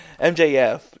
MJF